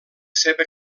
seva